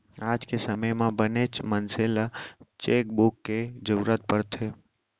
आज के समे म बनेच मनसे ल चेकबूक के जरूरत परथे